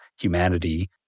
humanity